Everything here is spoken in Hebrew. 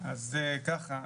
אז ככה,